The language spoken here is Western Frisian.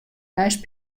neist